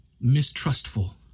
mistrustful